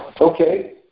Okay